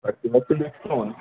thirty percent discount